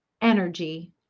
energy